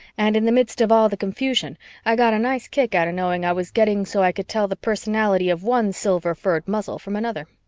and in the midst of all the confusion i got a nice kick out of knowing i was getting so i could tell the personality of one silver-furred muzzle from another.